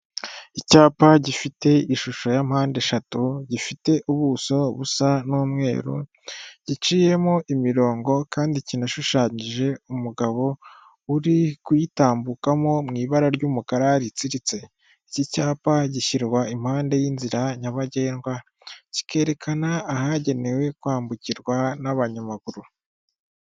Icyapa gifite ishusho ya mpande eshatu, gifite ubuso busa n'umweru, giciyemo imirongo kandi kinashushanyije, umugabo uri kuyitambukamo mu ibara ry'umukara ritsiritse. Iki cyapa gishyirwa impande y'inzira nyabagendwa; kikerekana ahagenewe kwambukirwa n'abanyamaguru.